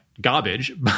garbage